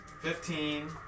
Fifteen